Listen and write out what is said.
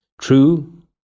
True